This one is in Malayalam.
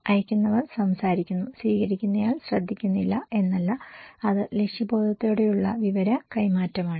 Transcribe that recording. അയക്കുന്നവർ സംസാരിക്കുന്നു സ്വീകരിക്കുന്നയാൾ ശ്രദ്ധിക്കുന്നില്ല എന്നല്ല അത് ലക്ഷ്യബോധത്തോടെയുള്ള വിവര കൈമാറ്റമാണ്